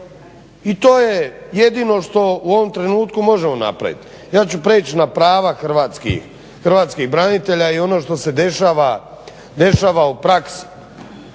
I to je jedino što u ovom trenutku možemo napraviti. Ja ću prijeć na prava hrvatskih branitelja i ono što se dešava u praksi.